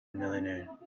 millionaire